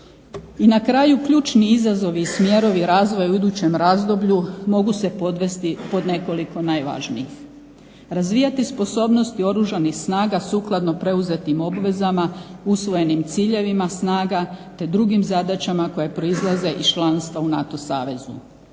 I na kraju ključni izazovi i smjerovi razvoja u idućem razdoblju mogu se podvesti pod nekoliko najvažnijih. Razvijati sposobnost Oružanih snaga sukladno preuzetim obvezama, usvojenim ciljevima snaga te drugim zadaćama koje proizlaze iz članstva u NATO savezu.